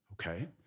okay